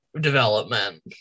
development